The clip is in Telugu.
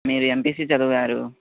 మీరు ఎంపీసీ చదివారు